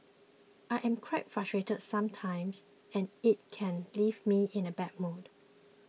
I am quite frustrated sometimes and it can leave me in a bad mood